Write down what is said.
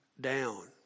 down